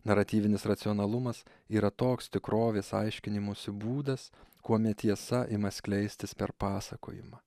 naratyvinis racionalumas yra toks tikrovės aiškinimosi būdas kuomet tiesa ima skleistis per pasakojimą